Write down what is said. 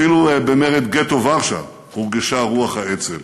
אפילו במרד גטו ורשה הורגשה רוח האצ"ל.